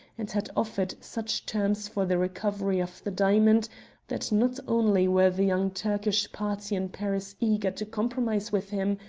and had offered such terms for the recovery of the diamonds that not only were the young turkish party in paris eager to compromise with him,